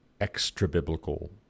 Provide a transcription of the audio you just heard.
extra-biblical